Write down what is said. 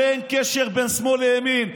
אין קשר בין שמאל לימין,